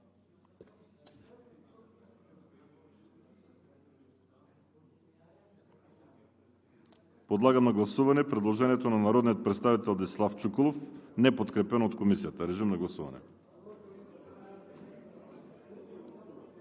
Подлагам на гласуване предложението на народния представител Десислав Чуколов, неподкрепено от Комисията. Гласували